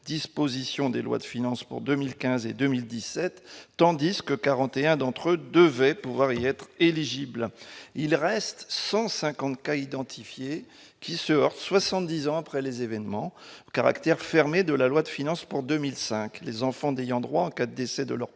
dispositions des lois de finances pour 2015 et 2017, tandis que 41 d'entre eux devaient pouvoir-ils être éligible, il reste 150 cas identifiés, qui surfe, 70 ans après les événements, caractère fermé de la loi de finances pour 2005, les enfants d'droit 4 décès de leurs